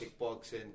kickboxing